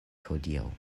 hodiaŭ